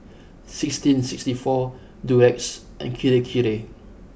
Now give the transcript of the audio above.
sixteen sixty four Durex and Kirei Kirei